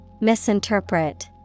Misinterpret